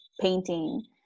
painting